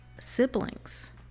siblings